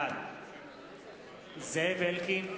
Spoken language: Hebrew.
בעד זאב אלקין,